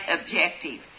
objective